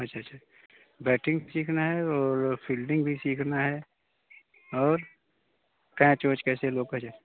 अच्छा अच्छा बैटिंग सीखना है और फील्डिंग भी सीखना है और कैच वैच कैसे रोका जाए